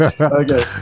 Okay